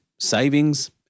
savings